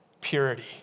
purity